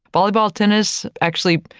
volleyball, tennis, actually,